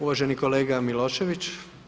Uvaženi kolega Milošević.